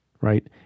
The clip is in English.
right